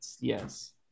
yes